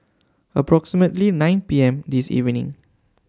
approximately nine P M This evening